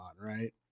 right